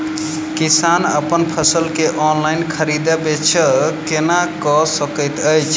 किसान अप्पन फसल केँ ऑनलाइन खरीदै बेच केना कऽ सकैत अछि?